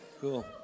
Cool